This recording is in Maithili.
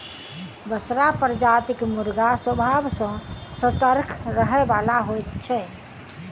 बसरा प्रजातिक मुर्गा स्वभाव सॅ सतर्क रहयबला होइत छै